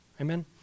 Amen